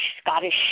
Scottish